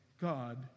God